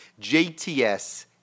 JTS